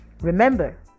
Remember